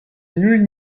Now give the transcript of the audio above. nul